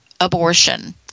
abortion